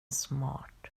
smart